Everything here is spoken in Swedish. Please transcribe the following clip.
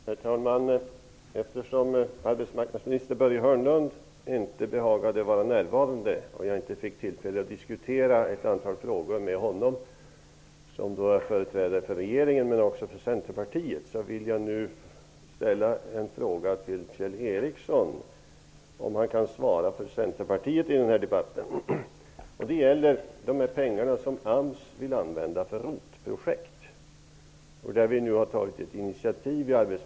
Herr talman! Eftersom arbetsmarknadsminister Börje Hörnlund inte behagar vara närvarande och jag inte får tillfälle att nu diskutera ett antal frågor med honom -- han företräder regeringen, men också Centerpartiet -- ställer jag nu frågan till Kjell Ericsson. Jag hoppas att han kan svara för Min fråga gäller de pengar som AMS vill använda till ROT-projekt. I arbetsmarknadsutskottet har vi socialdemokrater tagit initiativ i denna fråga.